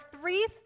three